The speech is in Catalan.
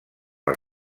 els